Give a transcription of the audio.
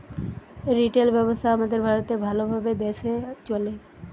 retail ব্যবসা আমাদের ভারতে ভাল ভাবে দ্যাশে চলে